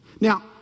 Now